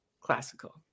classical